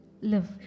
live